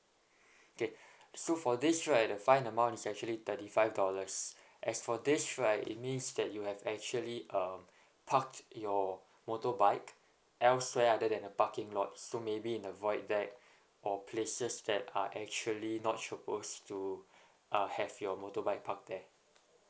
okay so for this right the fine amount is actually thirty five dollars as for this right it means that you have actually uh parked your motorbike elsewhere other than a parking lot so maybe in a void deck or places that are actually not suppose to uh have your motorbike parked there